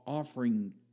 offering